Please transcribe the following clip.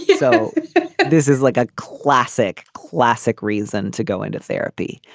yeah so this is like a classic classic reason to go into therapy.